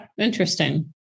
Interesting